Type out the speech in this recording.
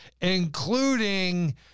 including